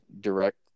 direct